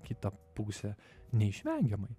kitą pusę neišvengiamai